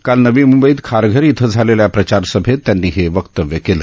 काल नवी मुंबईत खारघर इथं झालेल्या प्रचारसभेत त्यांनी हे वक्तव्य केलं